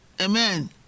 Amen